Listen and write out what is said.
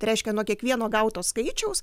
tai reiškia nuo kiekvieno gauto skaičiaus